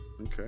Okay